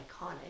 iconic